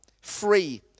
free